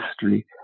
history